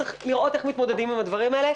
צריך לראות איך מתמודדים עם הדברים האלה.